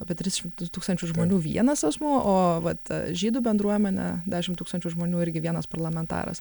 apie tris šimtus tūkstančių žmonių vienas asmuo o vat žydų bendruomenę dešim tūkstančių žmonių irgi vienas parlamentaras